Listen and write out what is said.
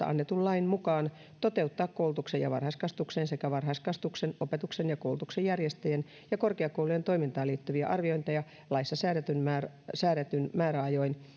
annetun lain mukaan toteuttaa koulutukseen ja varhaiskasvatukseen sekä varhaiskasvatuksen opetuksen ja koulutuksen järjestäjien ja korkeakoulujen toimintaan liittyviä arviointeja laissa säädetyn määräajoin